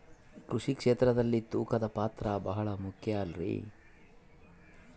ಕೃಷಿ ಕ್ಷೇತ್ರದಲ್ಲಿ ತೂಕದ ಪಾತ್ರ ಬಹಳ ಮುಖ್ಯ ಅಲ್ರಿ?